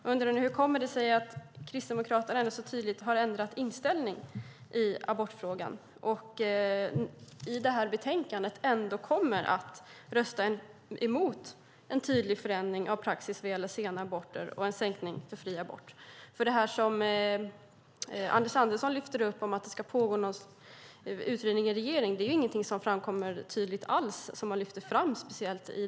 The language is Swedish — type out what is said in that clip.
Jag undrar hur det kommer sig att Kristdemokraterna så tydligt har ändrat inställning i abortfrågan och kommer att rösta emot en tydlig förändring av praxis när det gäller sena aborter och en sänkning av gränsen för fri abort. Anders Andersson lyfter upp att det ska pågå en utredning i regeringen, men det är ingenting som framkommer tydligt i betänkandet.